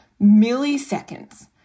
milliseconds